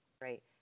right